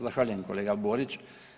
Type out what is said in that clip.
Zahvaljujem kolega Borić.